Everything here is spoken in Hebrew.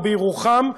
או בירוחם,